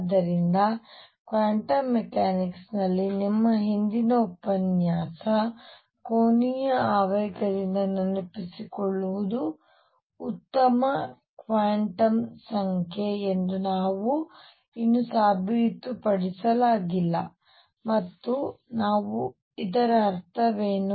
ಆದ್ದರಿಂದ ಕ್ವಾಂಟಮ್ ಮೆಕ್ಯಾನಿಕ್ಸ್ನಲ್ಲಿ ನಿಮ್ಮ ಹಿಂದಿನ ಉಪನ್ಯಾಸ ಕೋನೀಯ ಆವೇಗದಿಂದ ನೆನಪಿಸಿಕೊಳ್ಳುವುದು ಉತ್ತಮ ಕ್ವಾಂಟಮ್ ಸಂಖ್ಯೆ ಎಂದು ನಾವು ಇನ್ನೂ ಸಾಬೀತುಪಡಿಸಲಾಗಿಲ್ಲ ಮತ್ತು ನಾವು ಇದರ ಅರ್ಥವೇನು